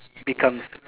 becomes